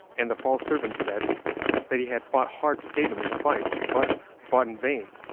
and the false servant said that he had fought hard to save him in the fight, but fought in vain,